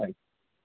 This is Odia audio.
ଆଜ୍ଞା